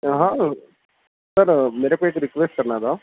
ہاں سر میرے کو ایک ریکویسٹ کرنا تھا